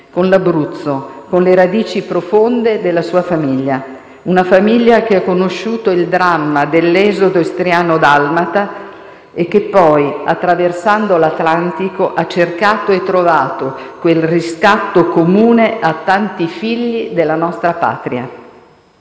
l'Abruzzo, con le radici profonde della sua famiglia; una famiglia che ha conosciuto il dramma dell'esodo istriano-dalmata e che poi, attraversando l'Atlantico, ha cercato e trovato quel riscatto comune a tanti figli della nostra Patria.